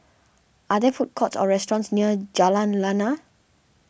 are there food courts or restaurants near Jalan Lana